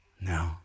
No